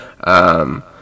um-